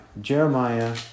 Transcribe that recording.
Jeremiah